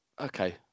okay